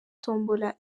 tombola